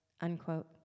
unquote